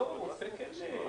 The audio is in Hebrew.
אנחנו פותחים את הדיון.